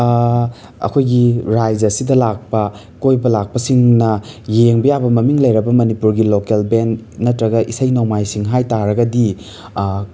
ꯑꯩꯈꯣꯏꯒꯤ ꯔꯥꯖ꯭ꯌ ꯑꯁꯤꯗ ꯂꯥꯛꯄ ꯀꯣꯏꯕ ꯂꯥꯛꯄꯁꯤꯡꯅ ꯌꯦꯡꯕ ꯌꯥꯕ ꯃꯃꯤꯡ ꯂꯩꯔꯕ ꯃꯅꯤꯄꯨꯔꯒꯤ ꯂꯣꯀꯦꯜ ꯕꯦꯟ ꯅꯠꯇ꯭ꯔꯒ ꯏꯁꯩ ꯅꯣꯡꯃꯥꯏꯁꯤꯡ ꯍꯥꯏ ꯇꯥꯔꯒꯗꯤ